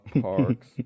Parks